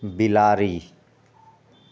बिलाड़ि